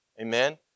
Amen